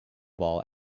ball